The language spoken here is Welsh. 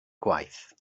gwaith